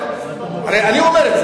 אני אומר,